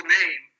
name